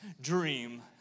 dream